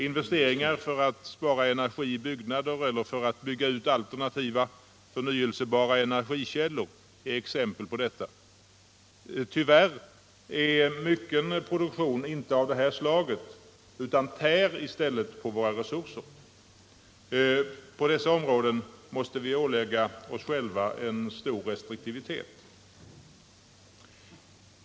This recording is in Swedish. Investeringar för att spara energi i byggnader eller för att bygga ut alternativa, förnyelsebara energikällor är exempel på detta. Tyvärr är mycken produktion inte av det här slaget, utan tär i stället på våra resurser. På dessa områden måste vi ålägga oss själva en stor restriktivitet.